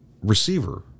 receiver